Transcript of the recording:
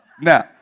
now